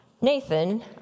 Nathan